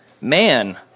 Man